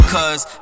Cause